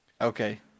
Okay